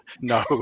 No